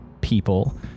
people